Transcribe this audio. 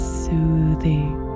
soothing